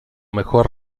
mejor